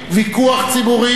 ויכוח ציבורי.